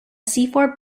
seaford